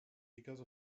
because